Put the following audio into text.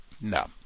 no